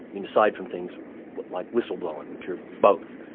aside from things like whistleblowing, which are both.